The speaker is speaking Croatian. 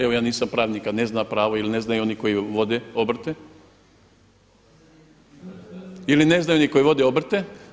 Evo ja nisam pravnik, a ne zna pravo ili ne znaju oni koji vode obrte ili ne znaju ni koji vode obrte.